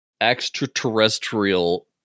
extraterrestrial